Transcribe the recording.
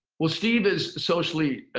well, steve is socially